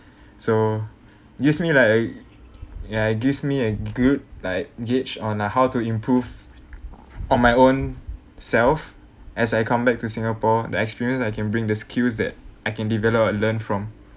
so gives me like ya it gives me a good like gauge on ah how to improve on my own self as I come back to singapore the experience I can bring the skills that I can develop or learn from